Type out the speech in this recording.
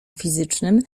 fizycznym